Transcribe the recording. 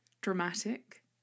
dramatic